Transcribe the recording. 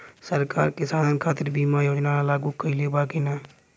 सरकार किसान खातिर बीमा योजना लागू कईले बा की ना?